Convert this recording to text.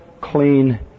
clean